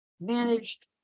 managed